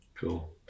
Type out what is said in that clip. Cool